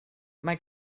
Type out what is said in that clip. mae